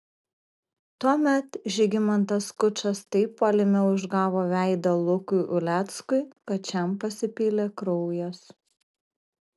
tuomet žygimantas skučas taip puolime užgavo veidą lukui uleckui kad šiam pasipylė kraujas